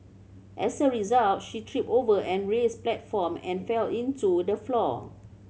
as a result she tripped over and raised platform and fell into the floor